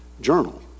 journal